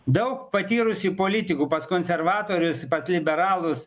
daug patyrusių politikų pas konservatorius pas liberalus